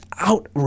out